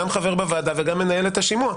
גם חבר בוועדה וגם מנהל את השימוע,